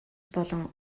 болон